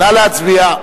להצביע.